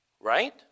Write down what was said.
Right